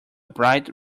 bright